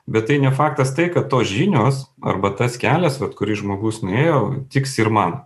bet tai ne faktas tai kad tos žinios arba tas kelias vat kurį žmogus nuėjo tiks ir man